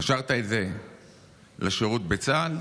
קשרת את זה לשירות בצה"ל.